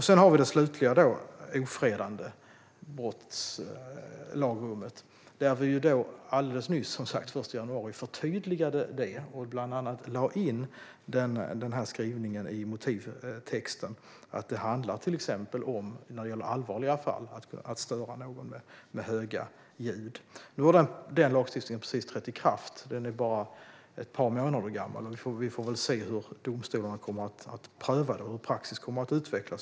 Sedan har vi lagrummet om ofredande där vi alldeles nyss den 1 januari förtydligade det och bland annat lade in skrivningen i motivtexten att det i allvarliga fall till exempel handlar om att störa någon med höga ljud. Nu har den lagstiftningen precis trätt i kraft. Den är bara ett par månader gammal. Vi får väl se hur domstolarna kommer att pröva det och hur praxis kommer att utvecklas.